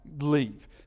leave